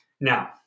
Now